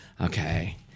Okay